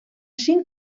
cinc